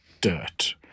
dirt